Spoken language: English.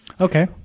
Okay